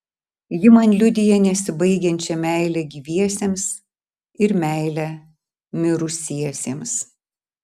ji man liudija nesibaigiančią meilę gyviesiems ir meilę mirusiesiems